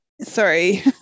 Sorry